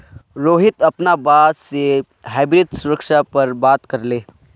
रोहित अपनार बॉस से हाइब्रिड सुरक्षा पर बात करले